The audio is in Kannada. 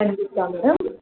ಖಂಡಿತ ಮೇಡಮ್